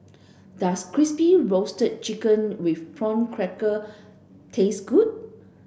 does crispy roasted chicken with prawn cracker taste good